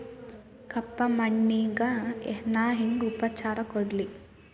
ಕಪ್ಪ ಮಣ್ಣಿಗ ನಾ ಹೆಂಗ್ ಉಪಚಾರ ಕೊಡ್ಲಿ?